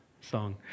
song